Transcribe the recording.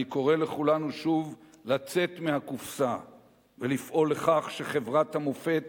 ואני קורא לכולנו שוב לצאת מהקופסה ולפעול לכך שחברת המופת,